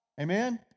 amen